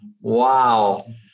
wow